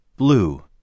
Blue